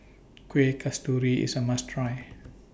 Kueh Kasturi IS A must Try